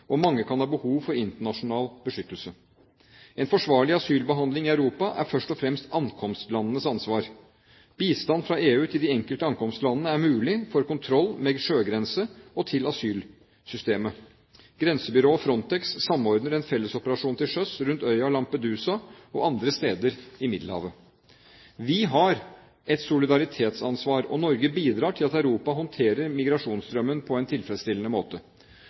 og mange kan ha behov for internasjonal beskyttelse. En forsvarlig asylbehandling i Europa er først og fremst ankomstlandenes ansvar. Bistand fra EU til de enkelte ankomstlandene er mulig for kontroll med sjøgrense og til asylsystemet. Grensebyrået Frontex samordner en fellesoperasjon til sjøs rundt øya Lampedusa og andre steder i Middelhavet. Vi har et solidaritetsansvar, og Norge bidrar til at Europa håndterer migrasjonsstrømmen på en tilfredsstillende måte.